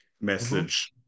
message